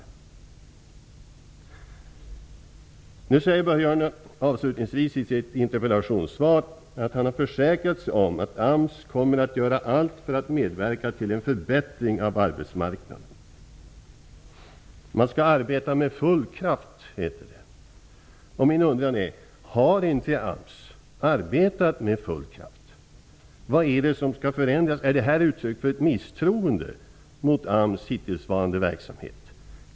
Avslutningsvis säger Börje Hörnlund i sitt interpellationssvar att han har försäkrats om att AMS kommer att göra allt för att medverka till en förbättring av arbetsmarknaden. Man skall arbeta med full kraft, heter det. Min undran är: Har inte AMS arbetat med full kraft? Vad är det som skall förändras? Är det här uttryck för ett misstroende mot AMS hittillsvarande verksamhet?